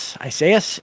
Isaiah